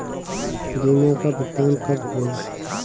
बीमा का भुगतान कब होइ?